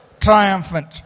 triumphant